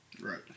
Right